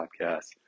podcast